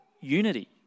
unity